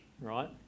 right